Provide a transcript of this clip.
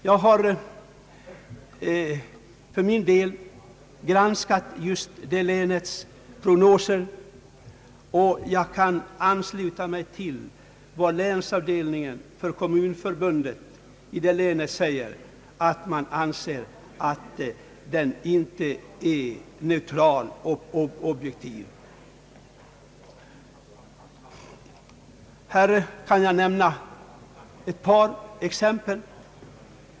Jag har granskat prognoserna just beträffande det länet, och jag kan ansluta mig till vad länsavdelningen av Kommunförbundet i det länet säger, då den anför att prognosen inte är neutral och objektiv. Jag kan nämna ett exempel.